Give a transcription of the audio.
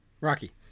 Rocky